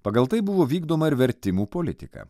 pagal tai buvo vykdoma ir vertimų politika